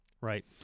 Right